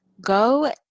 go